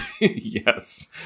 Yes